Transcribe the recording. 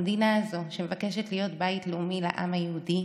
המדינה הזאת, שמבקשת להיות בית לאומי לעם היהודי,